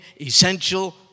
essential